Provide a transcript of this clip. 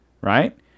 Right